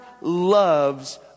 loves